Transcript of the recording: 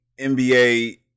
NBA